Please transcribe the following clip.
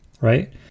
Right